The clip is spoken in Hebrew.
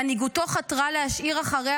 מנהיגותו חתרה להשאיר אחריה